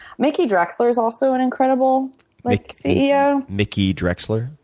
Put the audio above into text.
mickey drexler's also an incredible like ceo. mickey drexler?